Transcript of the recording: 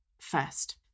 first